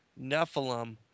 Nephilim